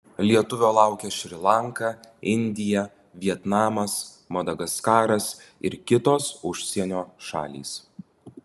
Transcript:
lietuvio laukia šri lanka indija vietnamas madagaskaras ir kitos užsienio šalys